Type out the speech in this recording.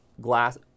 glass